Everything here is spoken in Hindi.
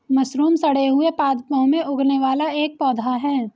मशरूम सड़े हुए पादपों में उगने वाला एक पौधा है